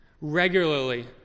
Regularly